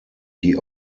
die